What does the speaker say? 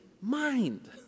mind